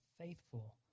faithful